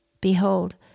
Behold